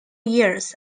years